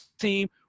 team